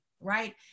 right